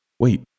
Wait